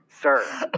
sir